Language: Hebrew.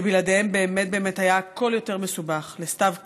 שבלעדיהם באמת באמת היה הכול יותר מסובך: לסתיו כהן,